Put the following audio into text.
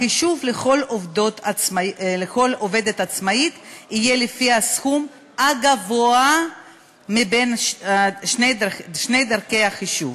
החישוב לכל עובדת עצמאית יהיה לפי הסכום הגבוה בשתי דרכי החישוב.